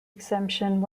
exemption